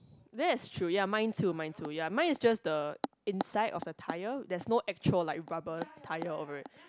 that's true ya mine too mine too ya mine is just the inside of the tyre that's no actual like rubber tyre over it